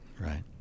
Right